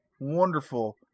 wonderful